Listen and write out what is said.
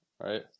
right